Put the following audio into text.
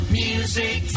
music